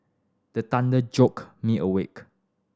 the thunder me awake